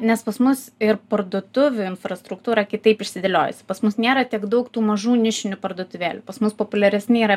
nes pas mus ir parduotuvių infrastruktūra kitaip išsidėliojusi pas mus nėra tiek daug tų mažų nišinių parduotuvėlių pas mus populiaresni yra